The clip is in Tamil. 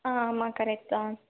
ஆ ஆமாம் கரெக்ட் தான்